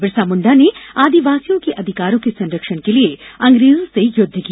बिरसामुण्डा ने आदिवासियों के अधिकारों के संरक्षण के लिये अंग्रेजों से युद्ध किया